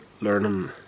learning